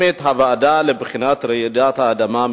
מחדש את הוועדה לבחינת רעידות אדמה.